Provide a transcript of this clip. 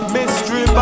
Mystery